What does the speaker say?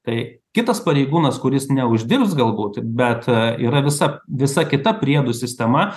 tai kitas pareigūnas kuris neuždirbs galbūt bet yra visa visa kita priedų sistema